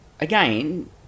Again